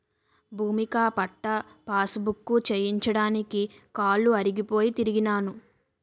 భూమిక పట్టా పాసుబుక్కు చేయించడానికి కాలు అరిగిపోయి తిరిగినాను